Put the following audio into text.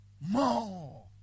More